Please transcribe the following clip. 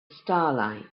starlight